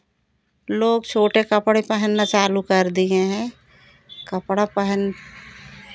लोग छोटे कपड़े पहनना चालू कर दिए हैं कपड़ा पहन